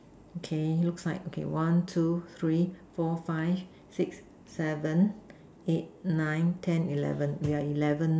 okay looks like one two three four five six seven eight nine ten eleven we are eleven